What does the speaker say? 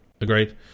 agreed